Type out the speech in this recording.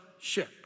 ship